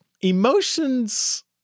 emotions